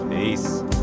Peace